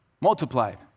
multiplied